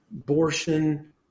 abortion